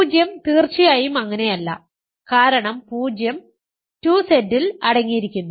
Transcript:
0 തീർച്ചയായും അങ്ങനെയല്ല കാരണം 0 2Z ൽ അടങ്ങിയിരിക്കുന്നു